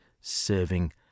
serving